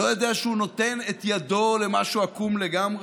לא יודע שהוא נותן את ידו למשהו עקום לגמרי?